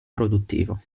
produttivo